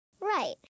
Right